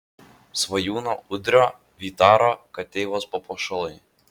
svajūno udrio vytaro kateivos papuošalai